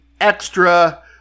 extra